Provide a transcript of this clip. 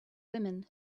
women